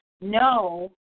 no